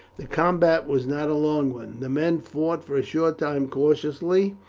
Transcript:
the combat was not a long one. the men fought for a short time cautiously,